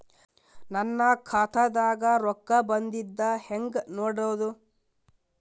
ನನ್ನ ಖಾತಾದಾಗ ರೊಕ್ಕ ಬಂದಿದ್ದ ಹೆಂಗ್ ನೋಡದು?